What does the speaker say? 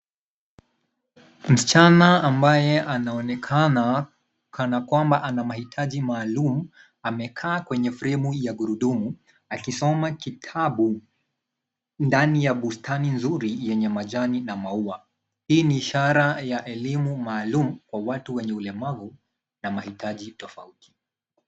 Msichana ambaye anaonekana kana kwamba ana mahitaji maalum amekaa kwenye fremu ya gurudumu akisoma kitabu ndani ya bustani nzuri yenye majani na maua. Hii ni ishara ya elimu maalum kwa watu wenye ulemavu na mahitaji tofauti.